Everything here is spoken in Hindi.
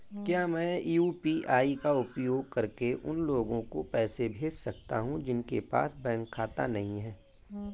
क्या मैं यू.पी.आई का उपयोग करके उन लोगों को पैसे भेज सकता हूँ जिनके पास बैंक खाता नहीं है?